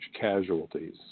casualties